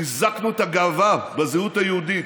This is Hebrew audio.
חיזקנו את הגאווה בזהות היהודית,